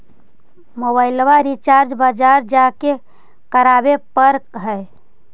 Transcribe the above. मोबाइलवा रिचार्ज बजार जा के करावे पर है?